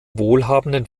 wohlhabenden